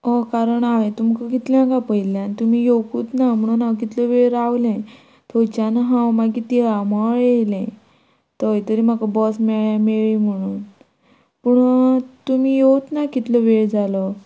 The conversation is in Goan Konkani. हय कारण हांवें तुमकां कितल्यांक आपयल्लें आनी तुमी येवकूत ना म्हणून हांव कितलो वेळ रावलें थंयच्यान हांव मागीर तिळामळ येयलें थंय तरी म्हाका बस मेळ्ळ्या मेळ्ळी म्हणून पूण तुमी येवत ना कितलो वेळ जालो